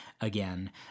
again